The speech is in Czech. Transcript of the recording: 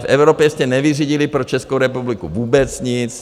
V Evropě jste nevyřídili pro Českou republiku vůbec nic.